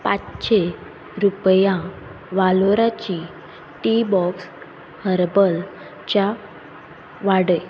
पांचशे रुपया वालोराची टीबॉक्स हर्बल च्या वाडय